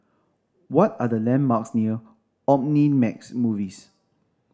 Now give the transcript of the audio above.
what are the landmarks near Omnimax Movies